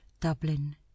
Dublin